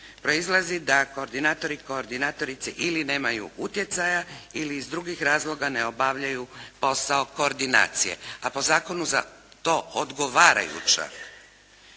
proizlazi da koordinatori i koordinatorice ili nemaju utjecaja ili iz drugih razloga ne obavljaju posao koordinacije, a po zakonu za to odgovarajuće.